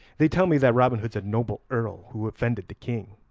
they tell me that robin hood's a noble earl who offended the king,